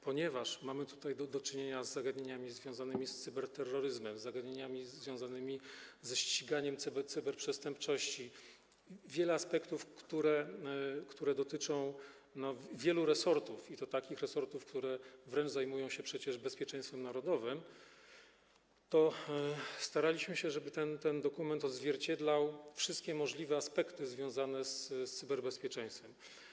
Ponieważ mamy tutaj do czynienia z zagadnieniami związanymi z cyberterroryzmem, z zagadnieniami związanymi ze ściganiem cyberprzestępczości, jest wiele aspektów, które dotyczą wielu resortów, i to takich resortów, które wręcz zajmują się bezpieczeństwem narodowym, to staraliśmy się, żeby ten dokument odzwierciedlał wszystkie możliwe aspekty związane z cyberbezpieczeństwem.